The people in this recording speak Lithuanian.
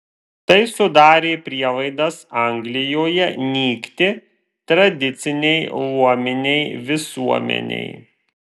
tai sudarė prielaidas anglijoje nykti tradicinei luominei visuomenei